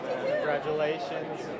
Congratulations